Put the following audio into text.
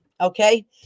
Okay